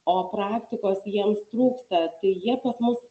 o praktikos jiems trūksta tai jie pas mus